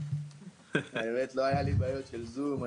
לא היו לי בעיות של זום.